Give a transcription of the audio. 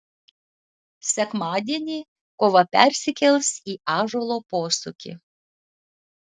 sekmadienį kova persikels į ąžuolo posūkį